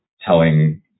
telling